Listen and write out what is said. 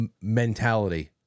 mentality